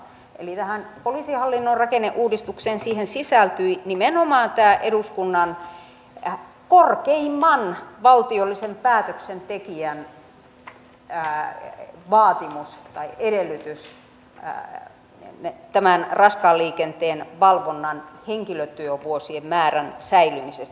eli tähän poliisihallinnon rakenneuudistukseen sisältyi nimenomaan tämä eduskunnan korkeimman valtiollisen päätöksentekijän vaatimus tai edellytys raskaan liikenteen valvonnan henkilötyövuosien määrän säilymisestä